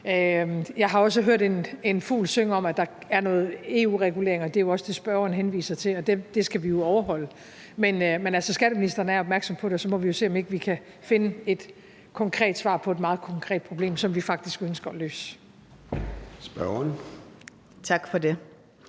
Jeg har også hørt en fugl synge om, at der er noget EU-regulering, og det er også det, spørgeren henviser til, og de regler skal vi jo overholde. Men skatteministeren er opmærksom på det, og så må vi se, om ikke vi kan finde et konkret svar på et meget konkret problem, som vi faktisk ønsker at løse. Kl. 13:18 Formanden